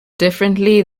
differently